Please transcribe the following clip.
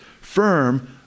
firm